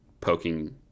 poking